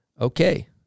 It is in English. Okay